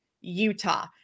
Utah